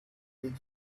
egypt